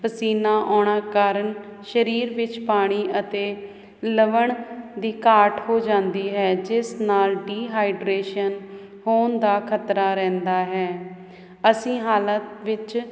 ਪਸੀਨਾ ਆਉਣਾ ਕਾਰਨ ਸਰੀਰ ਵਿੱਚ ਪਾਣੀ ਅਤੇ ਲਵਣ ਦੀ ਘਾਟ ਹੋ ਜਾਂਦੀ ਹੈ ਜਿਸ ਨਾਲ ਡੀਹਾਈਡਰੇਸ਼ਨ ਹੋਣ ਦਾ ਖਤਰਾ ਰਹਿੰਦਾ ਹੈ ਅਸੀਂ ਹਾਲਤ ਵਿੱਚ